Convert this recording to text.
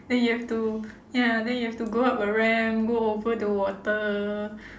then you have to ya then you have to go up a ramp go over the water